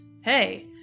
hey